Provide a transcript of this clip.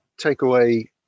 takeaway